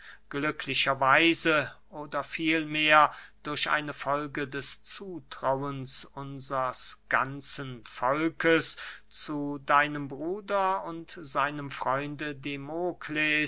weise oder vielmehr durch eine folge des zutrauens unsers ganzen volkes zu deinem bruder und seinem freunde